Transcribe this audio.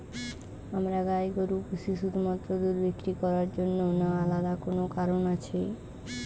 আমরা গাই গরু পুষি শুধুমাত্র দুধ বিক্রি করার জন্য না আলাদা কোনো কারণ আছে?